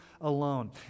alone